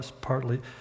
partly